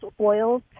oils